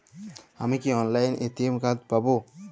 আমি কি অনলাইনে এ.টি.এম কার্ড পাব?